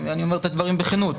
אני אומר את הדברים בכנות,